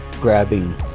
grabbing